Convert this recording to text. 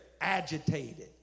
agitated